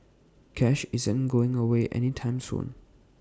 cash isn't going away any time soon